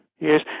Yes